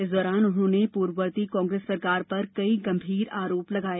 इस दौरान उन्होंने पूर्ववर्ती कांग्रेस सरकार पर कई गंभीर आरोप लगाए